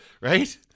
right